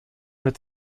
mit